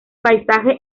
paisaje